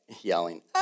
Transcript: yelling